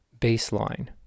baseline